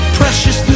precious